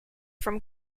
from